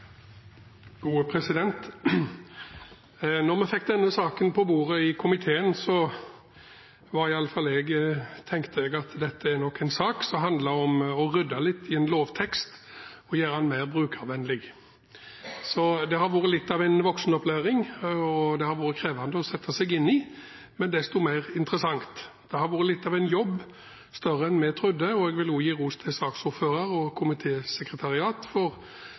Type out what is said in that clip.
vi fikk denne saken på bordet i komiteen, tenkte jeg at dette nok var en sak som handlet om å rydde litt i en lovtekst og gjøre den mer brukervennlig. Det har vært litt av en voksenopplæring, og det har vært krevende å sette seg inn i, men desto mer interessant. Det har vært litt av en jobb, større enn vi trodde, og jeg vil gi ros til saksordføreren og